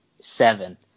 seven